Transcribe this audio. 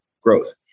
growth